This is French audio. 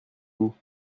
vous